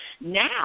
Now